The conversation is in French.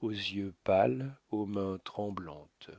aux yeux pâles aux mains tremblantes